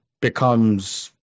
becomes